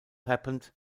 happened